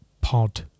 Pod